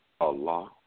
Allah